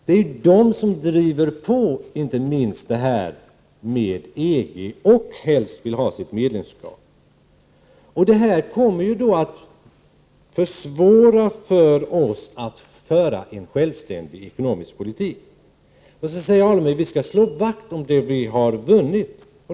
Det är dessa som driver på EG-frågan och helst vill ha medlemskap. Det kommer att försvåra för oss att föra en självständig ekonomisk politik. Så säger Stig Alemyr att vi skall slå vakt om det vi har vunnit.